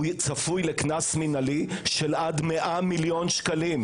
הוא צפוי לקנס מנהלי של עד 100 מיליון שקלים.